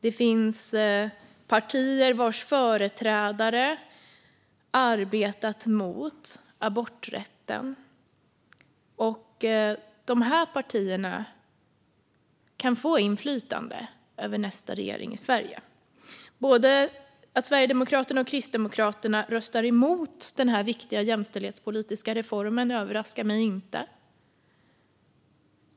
Det finns partier vars företrädare har arbetat mot aborträtten. Dessa partier kan få inflytande över nästa regering i Sverige. Att Sverigedemokraterna och Kristdemokraterna röstar emot denna viktiga jämställdhetspolitiska reform överraskar mig inte.